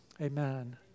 amen